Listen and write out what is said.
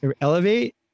elevate